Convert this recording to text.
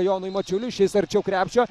jonui mačiuliui šis arčiau krepšio